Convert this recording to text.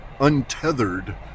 untethered